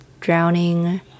drowning